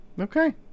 Okay